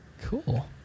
cool